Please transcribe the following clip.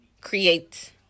create